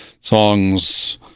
songs